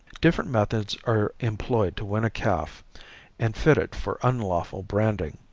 different methods are employed to win a calf and fit it for unlawful branding.